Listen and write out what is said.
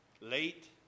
late